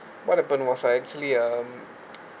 what happened was I actually um